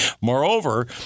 Moreover